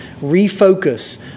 refocus